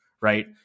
Right